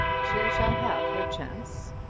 she shall have her chance.